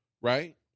right